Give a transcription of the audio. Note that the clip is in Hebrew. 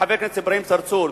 חבר הכנסת אברהים צרצור,